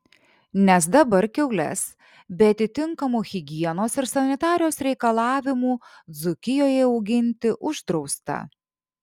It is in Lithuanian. nes dabar kiaules be atitinkamų higienos ir sanitarijos reikalavimų dzūkijoje auginti uždrausta